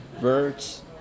birds